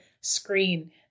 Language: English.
screen